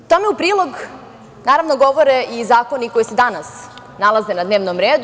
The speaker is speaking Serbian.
Tome u prilog naravno govore i zakoni koji su i danas nalaze na dnevnom redu.